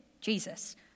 Jesus